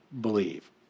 believe